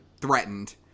threatened